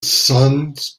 suns